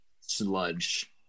Sludge